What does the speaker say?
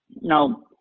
Now